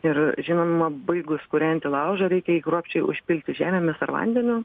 ir žinoma baigus kūrenti laužą reikia jį kruopščiai užpilti žemėmis ar vandeniu